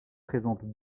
présentent